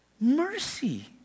mercy